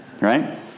right